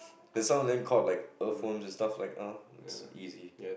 then some of them caught like earthworms and stuffs like uh it's easy